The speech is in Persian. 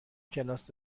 کلاس